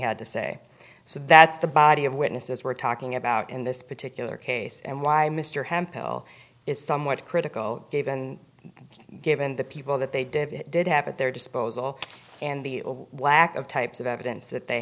had to say so that's the body of witnesses we're talking about in this particular case and why mr hemphill is somewhat critical gavan given the people that they did it did have at their disposal and the whack of types of evidence that they